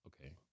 Okay